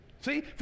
See